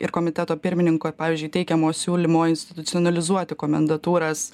ir komiteto pirmininko pavyzdžiui teikiamo siūlymo institucionalizuoti komendatūras